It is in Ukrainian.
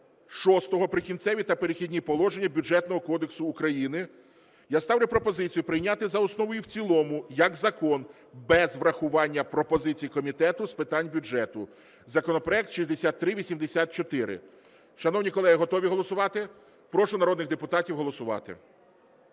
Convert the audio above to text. VI "Прикінцеві та перехідні положення" Бюджетного кодексу України. Я ставлю пропозицію прийняти за основу і в цілому як закон без врахування пропозицій Комітету з питань бюджету законопроект 6384. Шановні колеги, готові голосувати? Прошу народних депутатів голосувати.